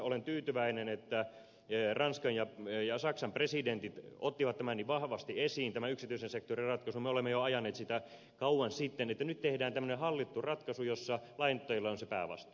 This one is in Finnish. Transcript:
olen tyytyväinen että ranskan ja saksan presidentit ottivat tämän niin vahvasti esiin tämän yksityisen sektorin ratkaisun me olemme ajaneet sitä jo kauan sitten että nyt tehdään tämmöinen hallittu ratkaisu jossa lainoittajilla on se päävastuu